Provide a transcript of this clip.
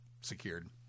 secured